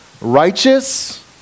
Righteous